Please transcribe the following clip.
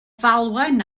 falwen